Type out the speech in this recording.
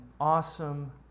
awesome